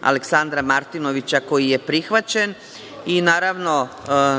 Aleksandra Martinovića, koji je prihvaćen i, naravno,